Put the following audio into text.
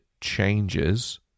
changes